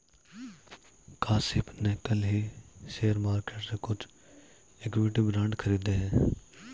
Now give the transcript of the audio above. काशिफ़ ने कल ही शेयर मार्केट से कुछ इक्विटी बांड खरीदे है